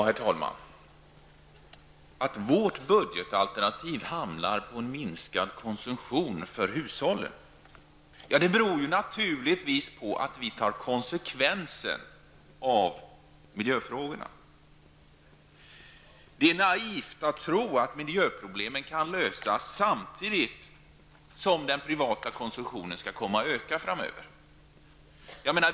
Herr talman! Att vårt budgetalternativ handlar om minskad konsumtion för hushållen beror naturligtvis på att vi tar konsekvenserna av miljöfrågorna. Det är naivt att tro att miljöproblemen kan lösas samtidigt som den privata konsumtionen ökar.